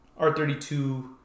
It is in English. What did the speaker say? R32